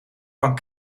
van